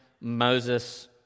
Moses